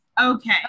Okay